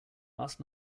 last